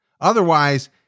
Otherwise